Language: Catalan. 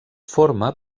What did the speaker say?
forma